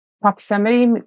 Proximity